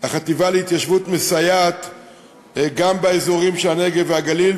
החטיבה להתיישבות מסייעת גם באזורי הנגב והגליל,